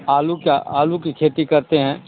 आलू का आलू की खेती करते हैं